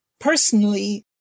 Personally